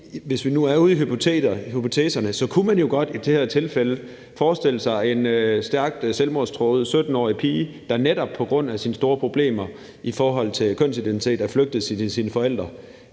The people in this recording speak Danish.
hvis vi nu er ude i hypoteserne, kunne man jo godt i det her tilfælde forestille sig et eksempel med en stærkt selvmordstruet 17-årig pige, der netop på grund af sine store problemer i forhold til kønsidentitet er flygtet fra sine forældre,